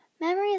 memories